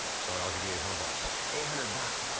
so i'll give you eight hundred bucks. eight hundred bucks?